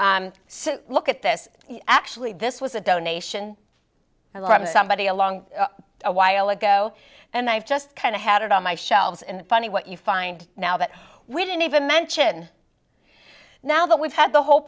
so look at this actually this was a donation and i'm somebody along a while ago and i've just kind of had it on my shelves and funny what you find now that we didn't even mention now that we've had the whole